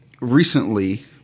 Recently